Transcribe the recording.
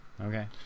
okay